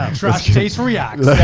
trash taste reacts.